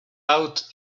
out